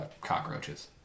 cockroaches